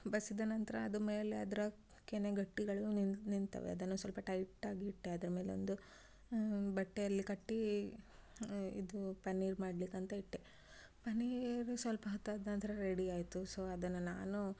ಬಸಿದ ನಂತರ ಅದು ಮೇಲೆ ಅದರ ಕೆನೆ ಗಟ್ಟಿಗಳು ನಿಂತವೆ ಅದನ್ನು ಸ್ವಲ್ಪ ಟೈಟಾಗಿ ಇಟ್ಟೆ ಅದರ ಮೇಲೆ ಒಂದು ಬಟ್ಟೆಯಲ್ಲಿ ಕಟ್ಟಿ ಇದು ಪನ್ನೀರು ಮಾಡಲಿಕ್ಕಂತ ಇಟ್ಟೆ ಪನ್ನೀರು ಸ್ವಲ್ಪ ಹೊತ್ತಾದ್ ನಂತರ ರೆಡಿ ಆಯಿತು ಸೊ ಅದನ್ನು ನಾನು